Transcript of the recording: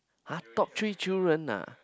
!huh! top three children ah